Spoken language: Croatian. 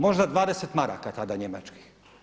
Možda 20 maraka tada njemačkih.